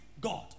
God